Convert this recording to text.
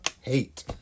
hate